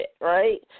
right